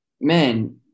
man